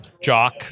Jock